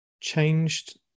changed